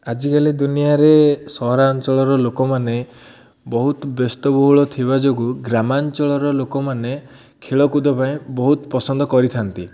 ଆଜିକାଲି ଦୁନିଆରେ ସହରାଞ୍ଚଳର ଲୋକମାନେ ବହୁତ ବ୍ୟସ୍ତବହୁଳ ଥିବା ଯୋଗୁଁ ଗ୍ରାମାଞ୍ଚଳର ଲୋକମାନେ ଖେଳକୁଦ ପାଇଁ ବହୁତ ପସନ୍ଦ କରିଥାନ୍ତି